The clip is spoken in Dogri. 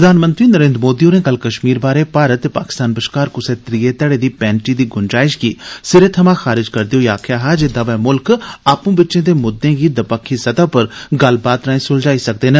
प्रधानमंत्री नरेंद्र मोदी होरें कल कश्मीर बारै भारत ते पाकिस्तान बश्कार कुसै त्रीए घड़े दी पैंची दी गुंजाइश गी सिरे थमां खारिज करदे होई आक्खेआ ऐ जे दवै मुल्ख आपू बिच्चें दे मुद्दें गी दवक्खी सतह पर गल्लबात राएं सुलझाई सकदे न